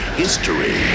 history